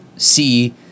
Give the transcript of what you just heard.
see